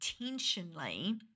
intentionally